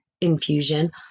infusion